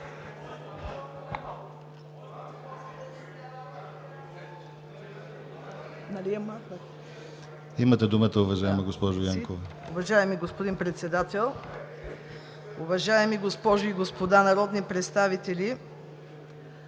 Имате думата, уважаема госпожо Янкова.